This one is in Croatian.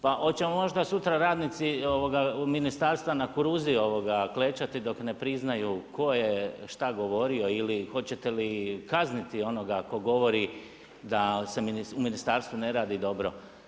Pa hoće li možda sutra radnici ministarstva na kuruzi klečati dok ne priznaju tko je šta govorio ili hoćete li kazniti onoga tko govori da se u ministarstvu ne radi dobro?